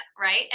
right